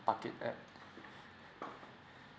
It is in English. park it at